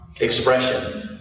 expression